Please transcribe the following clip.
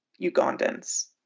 Ugandans